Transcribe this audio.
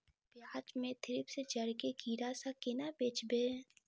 प्याज मे थ्रिप्स जड़ केँ कीड़ा सँ केना बचेबै?